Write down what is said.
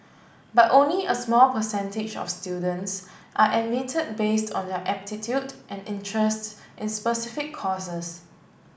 but only a small percentage of students are admitted based on their aptitude and interests in specific courses